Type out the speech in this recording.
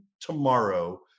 tomorrow